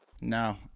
No